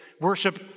worship